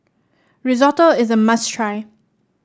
risotto is a must try